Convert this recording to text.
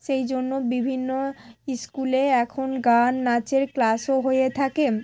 সেই জন্য বিভিন্ন স্কুলে এখন গান নাচের ক্লাসও হয়ে থাকে